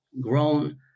grown